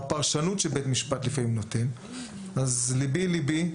הפרשנות שהוא נותן, ליבי ליבי.